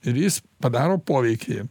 ir jis padaro poveikį jiem